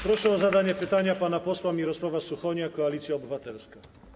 Proszę o zadanie pytania pana posła Mirosława Suchonia, Koalicja Obywatelska.